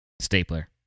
Stapler